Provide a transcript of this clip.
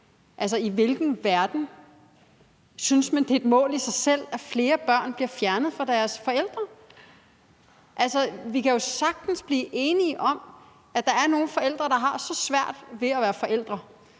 Altså, i hvilken verden synes man, det er et mål i sig selv, at flere børn bliver fjernet fra deres forældre? Vi kan jo sagtens blive enige om, at der er nogle forældre, der har så svært ved at være forældre,